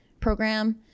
program